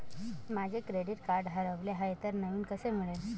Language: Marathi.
माझे क्रेडिट कार्ड हरवले आहे तर नवीन कसे मिळेल?